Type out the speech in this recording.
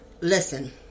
listen